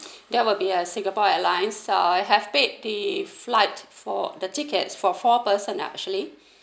that will be uh singapore airlines uh I have paid the flight for the tickets for four person actually